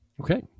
Okay